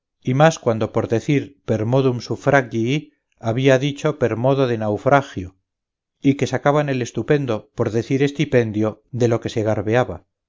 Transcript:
y más cuando por decir per modum sufragii había dicho per modo de naufragio y que sacaban el estupendo por decir estipendio de lo que se garbeaba y